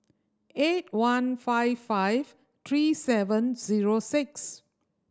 eight one five five three seven zero six